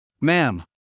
Ma'am